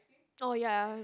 oh ya ya